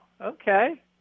okay